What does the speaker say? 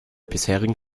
bisherigen